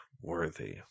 worthy